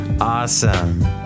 awesome